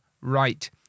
right